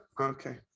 okay